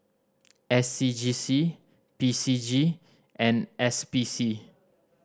S C G C P C G and S P C